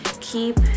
keep